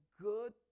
good